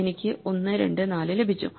എനിക്ക് 1 2 4 ലഭിച്ചു